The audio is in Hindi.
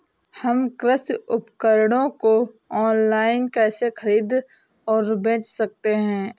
हम कृषि उपकरणों को ऑनलाइन कैसे खरीद और बेच सकते हैं?